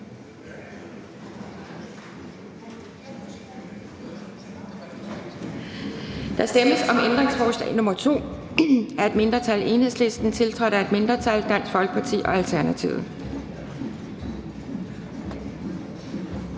Der stemmes om ændringsforslag nr. 3 af et mindretal (Enhedslisten), tiltrådt af et mindretal (Alternativet).